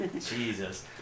jesus